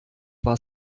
war